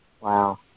Wow